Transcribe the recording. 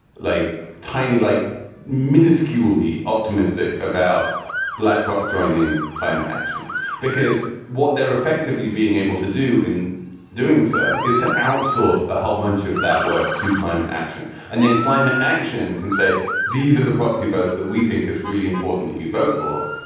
like tiny, like minuscule lee optimistic about blackrock joining climate action because what they're effectively being able to do in doing so is to outsource a whole bunch of that work to climate action. and then climate action can say these are the proxy votes that we think is really important that you vote for.